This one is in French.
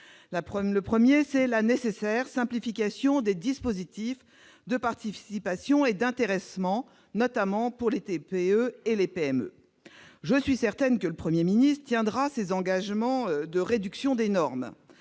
Premier point : la nécessaire simplification des dispositifs de participation et d'intéressement, notamment pour les TPE et les PME. Je suis certaine que le Premier ministre tiendra ses engagements en matière de réduction des normes.